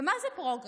ומה זה פרוגרס?